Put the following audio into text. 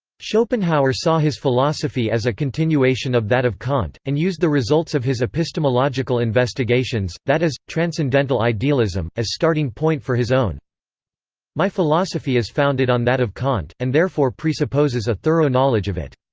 schopenhauer saw his philosophy as a continuation of that of kant, and used the results of his epistemological investigations, that is, transcendental idealism, as starting point for his own my philosophy is founded on that of kant, and therefore presupposes a thorough knowledge of it.